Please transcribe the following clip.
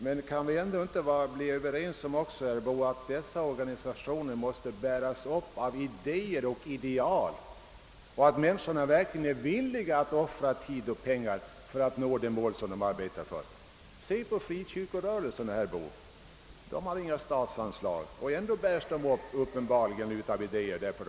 Men kan vi inte också bli överens om, herr Boo, att dessa organisationer måste bäras upp av idéer och ideal och att medlemmarna måste ha vilja att offra tid och pengar för att uppnå de mål de arbetar för? Se på frikyrkorörelsen, herr Boo! Den har inga statsanslag. Den bärs uppenbarligen av vissa idéer.